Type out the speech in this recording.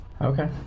okay